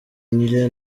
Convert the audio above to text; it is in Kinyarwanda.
njye